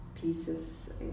pieces